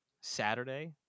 Saturday